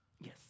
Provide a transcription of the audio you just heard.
Yes